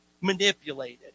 manipulated